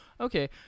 Okay